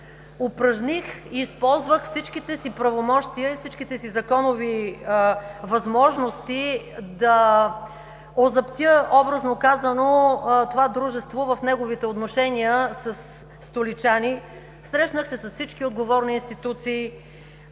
Упражних и използвах всичките си правомощия и всичките си законови възможности да озаптя, образно казано, това дружество в неговите отношения със столичани. Срещнах се с всички отговорни институции,